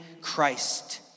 Christ